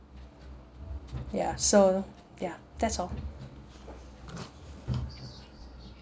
ya so ya that's all